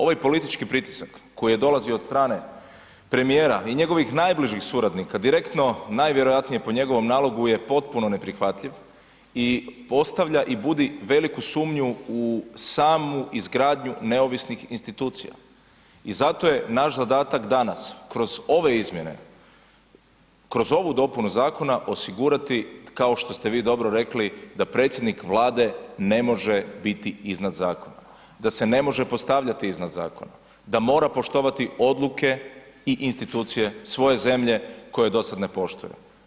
Ovaj politički pritisak koji je dolazio od strane premijera i njegovih najbližih suradnika direktno najvjerojatnije po njegovom nalogu je potpuno neprihvatljiv i postavlja i budi veliku sumnju u samu izgradnju neovisnih institucija i zato je naš zadatak danas kroz ove izmjene, kroz ovu dopunu zakona osigurati, kao što ste vi dobro rekli, da predsjednik Vlade ne može biti iznad zakona, da se ne može postavljati iznad zakona, da mora poštovati odluke i institucije svoje zemlje koju do sad ne poštuje.